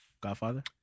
Godfather